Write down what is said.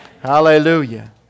Hallelujah